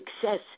success